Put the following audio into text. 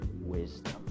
wisdom